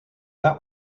that